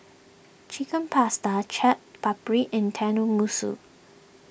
Chicken Pasta Chaat Papri and Tenmusu